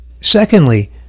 Secondly